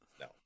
No